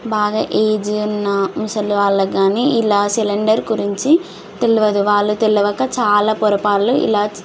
బాగా ఏజి ఉన్న ముసలి వాళ్ళకి కాని ఇలా సిలిండర్ గురించి తెలియదు వాళ్లు తెలియక చాలా పొరపాట్లు ఇలా